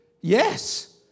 Yes